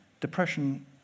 depression